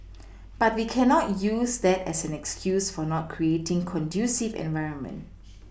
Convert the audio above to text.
but we cannot use that as an excuse for not creating conducive environment